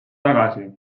tagasi